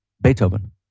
Beethoven